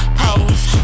pose